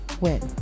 win